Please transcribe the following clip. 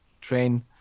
train